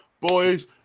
boys